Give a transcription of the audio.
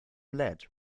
lead